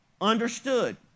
understood